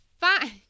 Fine